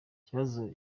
ikibazo